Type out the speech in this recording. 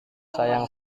sayang